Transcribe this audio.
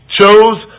chose